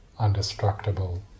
undestructible